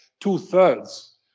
two-thirds